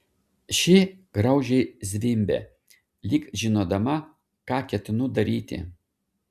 ši graudžiai zvimbė lyg žinodama ką ketinu daryti